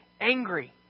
angry